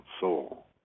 soul